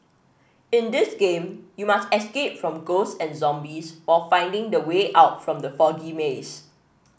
in this game you must escape from ghosts and zombies while finding the way out from the foggy maze